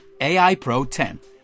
AIPRO10